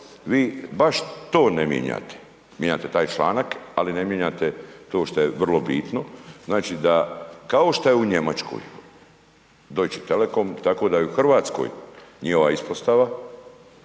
vi baš to ne mijenjate. Mijenjate taj članak, ali ne mijenjate to što je vrlo bitno, znači da, kao što je u Njemačkoj, Deutsche Telekom, tako da i u Hrvatskoj, nije ova ispostava,